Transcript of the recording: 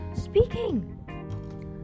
speaking